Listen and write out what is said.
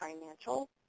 financial